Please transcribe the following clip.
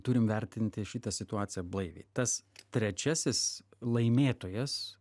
turim vertinti šitą situaciją blaiviai tas trečiasis laimėtojas